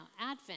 Advent